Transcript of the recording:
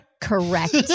Correct